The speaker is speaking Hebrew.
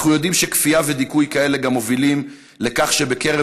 אנחנו יודעים שכפייה ודיכוי כאלה גם מובילים לכך שבקרב